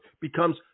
becomes